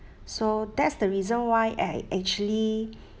so that's the reason why I actually